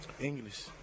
English